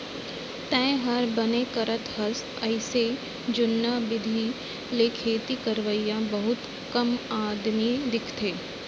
तैंहर बने करत हस अइसे जुन्ना बिधि ले खेती करवइया बहुत कम आदमी दिखथें